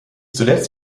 zuletzt